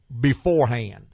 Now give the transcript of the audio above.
beforehand